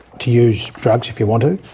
to use drugs if you want to,